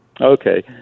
Okay